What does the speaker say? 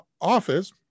office